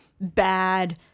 bad